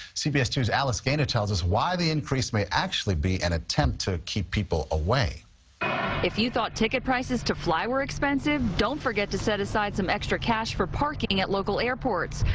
cbs two s alice gainer tells us why the increase may actually be an attempt to keep people away. reporter if you thought ticket prices to fly were expensive, don't forget to set aside some extra cash for parking at local airports.